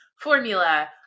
formula